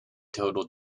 total